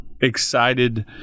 excited